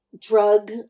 drug